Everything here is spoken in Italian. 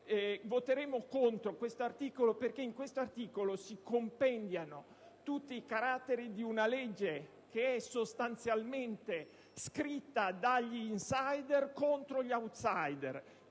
Voteremo dunque contro questo articolo, perché in esso si compendiano tutti i caratteri di una legge che sostanzialmente è scritta dagli *insider* contro gli *outsider*.